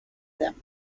them